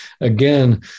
Again